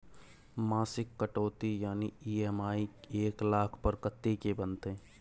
मासिक कटौती यानी ई.एम.आई एक लाख पर कत्ते के बनते?